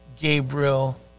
Gabriel